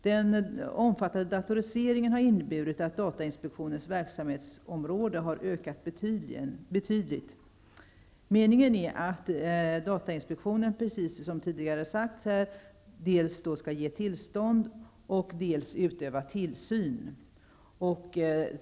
Den omfattande datoriseringen har inneburit att datainspektionens verksamhetsområde har ökat betydligt. Meningen är att datainspektionen precis som här tidigare sagts dels skall ge tillstånd, dels utöva tillsyn.